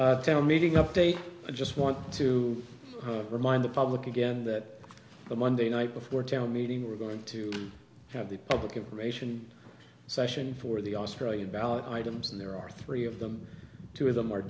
tell meeting update i just want to remind the public again that the monday night before town meeting we're going to have the public information session for the australian ballot items and there are three of them two of them are